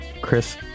Chris